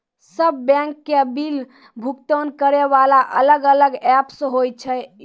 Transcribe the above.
सब बैंक के बिल भुगतान करे वाला अलग अलग ऐप्स होय छै यो?